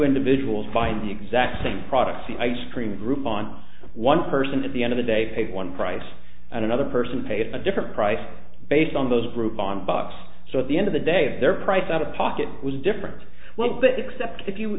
individuals find the exact same products the ice cream a group on one person at the end of the day pay one price and another person paid a different price based on those groupon bucks so at the end of the day they're priced out of pocket was different what that except if you